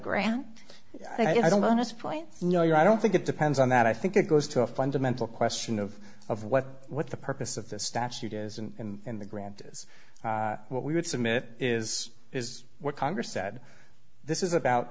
want us point you know you're i don't think it depends on that i think it goes to a fundamental question of of what what the purpose of the statute is and the grant is what we would submit is is what congress said this is about